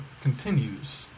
continues